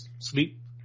sleep